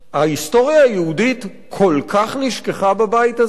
ההיסטוריה היהודית כל כך נשכחה בבית הזה,